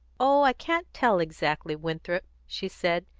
oh, i can't tell exactly, winthrop, she said,